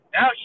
Now